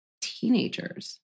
teenagers